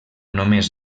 només